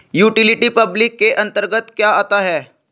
Utility public के अंतर्गत क्या आता है?